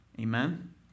Amen